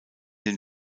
den